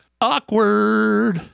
Awkward